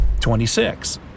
26